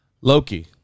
loki